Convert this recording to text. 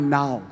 now